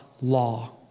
law